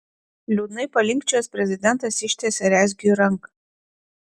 liūdnai palinkčiojęs prezidentas ištiesė rezgiui ranką